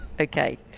Okay